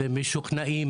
ומשוכנעים